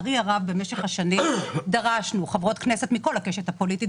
במשך השנים דרשנו מהאוצר - חברות כנסת מכל הקשת הפוליטית,